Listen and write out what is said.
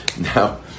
Now